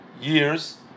years